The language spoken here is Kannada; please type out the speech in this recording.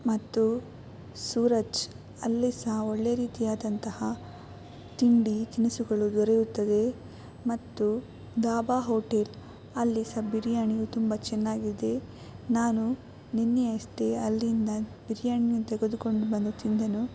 ಮತ್ತು ಸೂರಜ್ ಅಲ್ಲಿ ಸಹ ಒಳ್ಳೇ ರೀತಿಯಾದಂತಹ ತಿಂಡಿ ತಿನಿಸುಗಳು ದೊರೆಯುತ್ತದೆ ಮತ್ತು ಧಾಬಾ ಹೋಟೆಲ್ ಅಲ್ಲಿ ಸಹ ಬಿರ್ಯಾನಿಯು ತುಂಬ ಚೆನ್ನಾಗಿದೆ ನಾನು ನಿನ್ನೆಯಷ್ಟೇ ಅಲ್ಲಿಂದ ಬಿರ್ಯಾನಿಯನ್ನು ತೆಗೆದುಕೊಂಡು ಬಂದು ತಿಂದೆನು